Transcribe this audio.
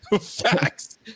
Facts